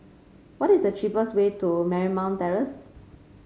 what is the cheapest way to Marymount Terrace